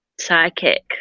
psychic